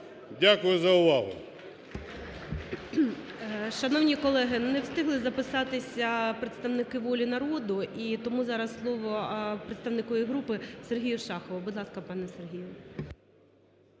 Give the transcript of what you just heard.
Дякую за увагу.